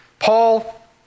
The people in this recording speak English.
Paul